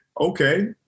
Okay